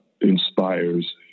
inspires